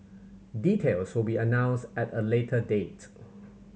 details will be announced at a later date